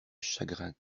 chagrin